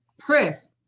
Chris